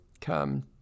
come